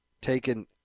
taken